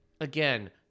Again